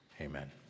Amen